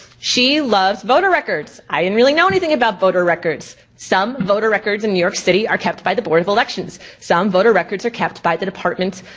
she loves voter records, i didn't and really know anything about voter records. some voter records in new york city are kept by the board of elections. some voter records are kept by the department,